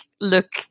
look